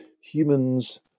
humans